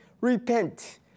Repent